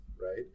right